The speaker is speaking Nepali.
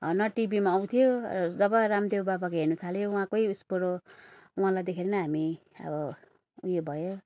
न टिभिमा आउँथ्यो जब रामदेव बाबाको हेर्नु थालेँ उहाँकै उयोबाट उहाँलाई देखेर नै हामी अब उयो भयो